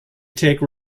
take